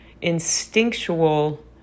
instinctual